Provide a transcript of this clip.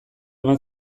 eman